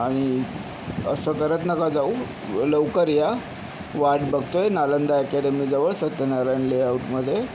आणि असं करत नका जाऊ लवकर या वाट बघतो आहे नालंदा अकॅडमीजवळ सत्यनारायण लेआउटमधे